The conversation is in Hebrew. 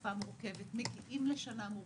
תקופה מורכבת, מגיעים לשנה מורכבת,